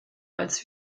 als